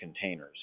containers